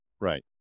right